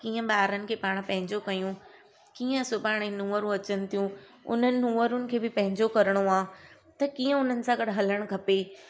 कीअं ॿारनि खे पाण पंहिंजो कयूं कीअं सुभाणे नूंहंरूं अचनि थियूं उन नूंंहंरुनि खे बि पंहिंजो करणो आहे त कीअं उन्हनि सां गॾु हलणु खपे